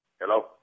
Hello